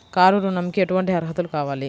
Car ఋణంకి ఎటువంటి అర్హతలు కావాలి?